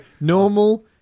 normal